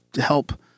help